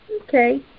Okay